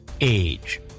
age